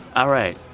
all right.